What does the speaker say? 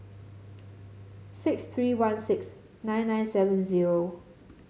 six three one six nine nine seven zero